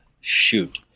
shoot